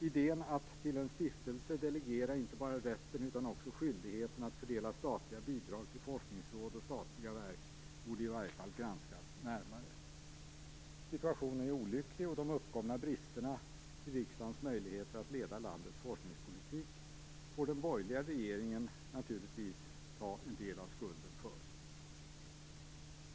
Idén att till en stiftelse delegera inte bara rätten utan också skyldigheten att fördela statliga bidrag till forskningsråd och statliga verk borde i varje fall granskas närmare. Situationen är olycklig, och de uppkomna bristerna i riksdagens möjligheter att leda landets forskningspolitik får den borgerliga regeringen naturligtvis ta en del av skulden för.